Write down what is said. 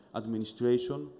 administration